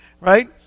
right